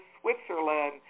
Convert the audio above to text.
Switzerland